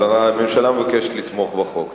אז הממשלה מבקשת לתמוך בחוק.